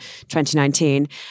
2019